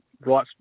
right